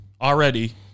Already